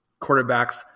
quarterbacks